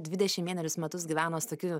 dvidešim vienerius metus gyveno su tokiu